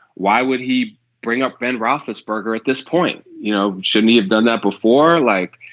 why would he bring up ben roethlisberger at this point. you know shouldn't he have done that before like.